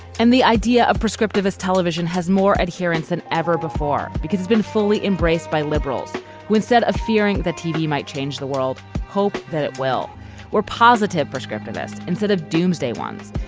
and the idea of prescriptive us television has more adherents than ever before because it's been fully embraced by liberals who instead of fearing the tv might change the world hope that it will or positive prescriptive this instead of doomsday ones.